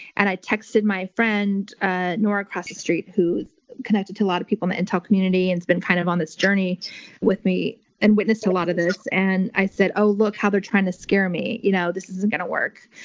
and i texted my friend ah nora across the street who's connected to a lot of people in the intel community and has been kind of on this journey with me and witnessed a lot of this, and i said, oh, look how they're trying to scare me. you know this isn't going to work.